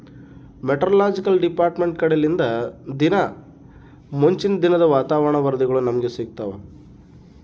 meteorological department ಕಡೆಲಿಂದ ದಿನಾ ಮುಂಚಿನ ದಿನದ ವಾತಾವರಣ ವರದಿಗಳು ನಮ್ಗೆ ಸಿಗುತ್ತವ